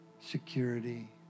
security